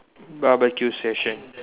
barbecue session